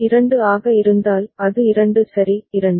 2 ஆக இருந்தால் அது 2 சரி 2